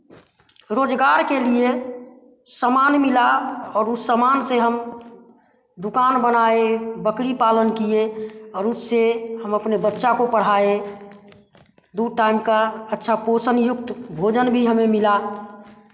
रोज़गार के लिए समान मिला और उस सामान से हम दुकान बनाए बकरी पालन किए और उससे हम अपने बच्चा को पढ़ाए दो टाइम का अच्छा पोषण युक्त भोजन भी हमें मिला